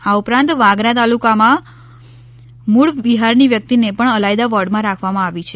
આ ઉપરાંત વાગરા તાલુકામાં મૂળ બિહારની વ્યક્તિને પણ અલાયદા વોર્ડમાં રાખવામાં આવી છે